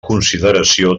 consideració